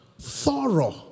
thorough